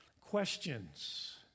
questions